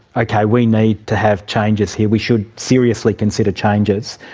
okay, we need to have changes here, we should seriously consider changes.